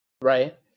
right